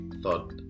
thought